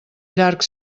llarg